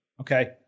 Okay